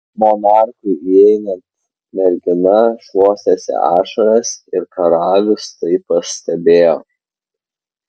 monarchui įeinant mergina šluostėsi ašaras ir karalius tai pastebėjo